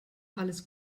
alles